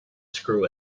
screw